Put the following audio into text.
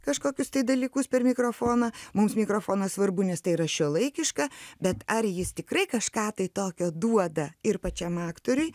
kažkokius dalykus per mikrofoną mums mikrofonas svarbu nes tai yra šiuolaikiška bet ar jis tikrai kažką tai tokio duoda ir pačiam aktoriui